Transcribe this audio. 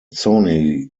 sony